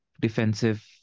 defensive